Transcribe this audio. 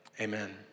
Amen